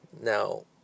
Now